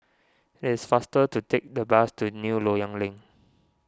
it is faster to take the bus to New Loyang Link